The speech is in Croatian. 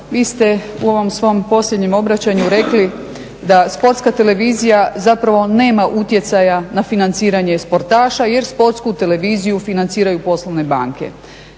vi ste u ovom svom posljednjem obraćanju rekli da sportska televizija zapravo nema utjecaja na financiranje sportaša jer sportsku televiziju financiraju poslovne banke.